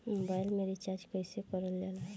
Mobile में recharge कइसे करल जाला?